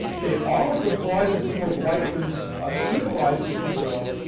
they also brought in some of weichmann's supervisors, if you will,